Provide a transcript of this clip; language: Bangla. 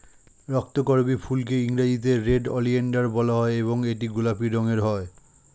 রক্তকরবী ফুলকে ইংরেজিতে রেড ওলিয়েন্ডার বলা হয় এবং এটি গোলাপি রঙের হয়